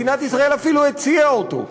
מדינת ישראל אפילו הציעה אותו.